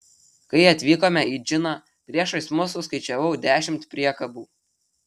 kai atvykome į džiną priešais mus suskaičiavau dešimt priekabų